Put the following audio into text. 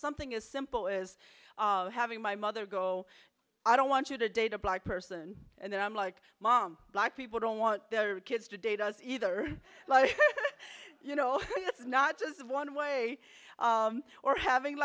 something as simple as having my mother go i don't want you to date a black person and then i'm like mom like people don't want their kids to date us either like you know that's not just one way or having